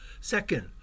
Second